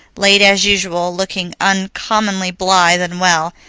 late as usual, looking uncommonly blithe and well.